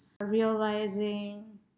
realizing